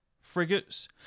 frigates